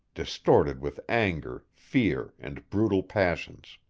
distorted with anger, fear and brutal passions.